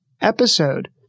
episode